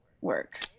work